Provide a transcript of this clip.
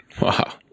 Wow